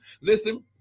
Listen